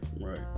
Right